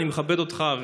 אני מכבד אותך,